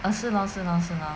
oh 是咯是咯是咯